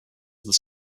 other